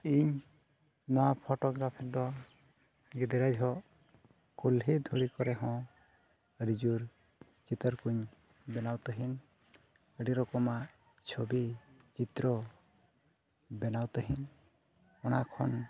ᱤᱧ ᱱᱚᱣᱟ ᱫᱚ ᱜᱤᱫᱽᱨᱟᱹ ᱡᱚᱦᱚᱜ ᱠᱩᱞᱦᱤ ᱫᱷᱩᱲᱤ ᱠᱚᱨᱮ ᱦᱚᱸ ᱟᱹᱰᱤ ᱡᱳᱨ ᱪᱤᱛᱟᱹᱨ ᱠᱚᱧ ᱵᱮᱱᱟᱣ ᱛᱟᱦᱮᱱ ᱟᱹᱰᱤ ᱨᱚᱠᱚᱢᱟᱜ ᱪᱷᱚᱵᱤ ᱪᱤᱛᱨᱚ ᱵᱮᱱᱟᱣ ᱛᱟᱦᱮᱱᱤᱧ ᱚᱱᱟ ᱠᱷᱚᱱ